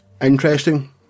interesting